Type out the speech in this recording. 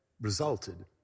resulted